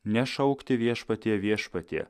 nešaukti viešpatie viešpatie